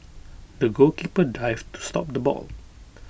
the goalkeeper dived to stop the ball